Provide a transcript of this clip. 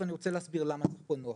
ואני רוצה להסביר למה נכון נוהל.